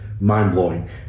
mind-blowing